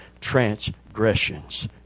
transgressions